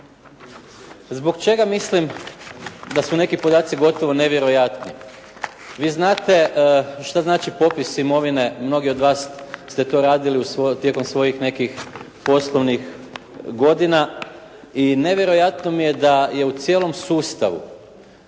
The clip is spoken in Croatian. Zbog čega mislim da su neki podaci gotovo nevjerojatni. Vi znate što znači popis imovine. Mnogi od vas ste to radili tijekom svojih nekih poslovnih godina i nevjerojatno mi je da u cijelom sustavu